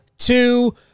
two